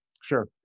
Sure